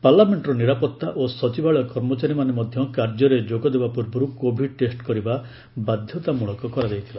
ପାର୍ଲ୍ୟାମେଣ୍ଟର ନିରାପତ୍ତା ଓ ସଚିବାଳୟ କର୍ମଚାରୀମାନେ ମଧ୍ୟ କାର୍ଯ୍ୟରେ ଯୋଗଦେବା ପୂର୍ବରୁ କୋଭିଟ ଟେଷ୍ଟ କରିବା ବାଧ୍ୟତାମଳକ କରାଯାଇଥିଲା